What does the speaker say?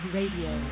Radio